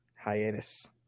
Hiatus